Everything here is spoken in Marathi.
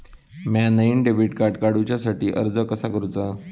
म्या नईन डेबिट कार्ड काडुच्या साठी अर्ज कसा करूचा?